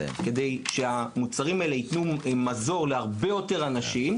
כדי שהמוצרים האלה יתנו מזור להרבה יותר אנשים,